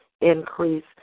increase